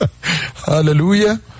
Hallelujah